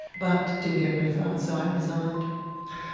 but didn't get very far, so i resigned.